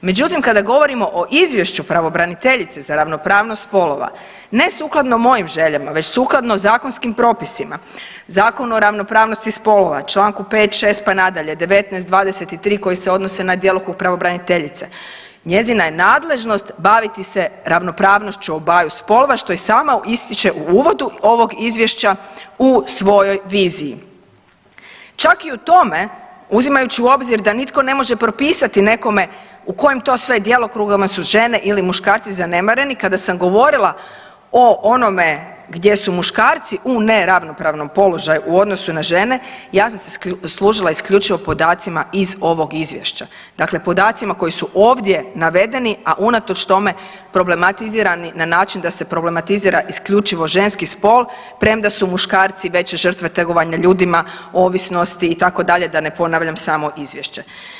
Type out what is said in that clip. Međutim, kada govorimo o izvješću pravobraniteljice za ravnopravnost spolova ne sukladno mojim željama već sukladno zakonskim propisima, Zakonu o ravnopravnosti spolova Članku 5., 6. pa nadalje 19., 23. koji se odnose na djelokrug pravobraniteljice, njezina je nadležnost baviti se ravnopravnošću obaju spolova što i sama ističe u uvodu ovog izvješća u svojoj viziji, čak i u tome uzimajući u obzir da nitko ne može propisati nekome u kojem to sve djelokrugama su žene ili muškarci zanemareni kada sam govorila o onome gdje su muškarci u neravnopravnom položaju u odnosu na žene ja sam se služila isključivo podacima iz ovog izvješća, dakle podacima koji su ovdje navedeni, a unatoč tome problematizirani na način da se problematizira isključivo ženski spol, premda su muškarci veće žrtve trgovanja ljudima, ovisnosti itd. da ne ponavljam samo izvješće.